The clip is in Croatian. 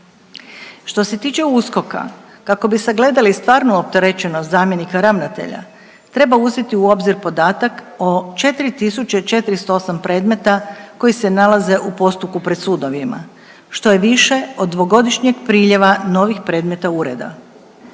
Što se tiče USKOK-a kako bi sagledali stvarnu opterećenost zamjenika ravnatelja treba uzeti u obzir podatak o 4 tisuće 408 premeta koji se nalaze u postupku pred sudovima, što je više od 2-godišnjeg priljeva novih predmeta ureda.